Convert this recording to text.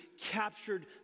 captured